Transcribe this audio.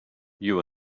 you